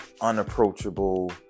unapproachable